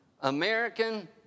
American